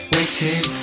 Waiting